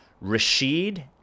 Rashid